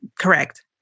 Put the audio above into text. Correct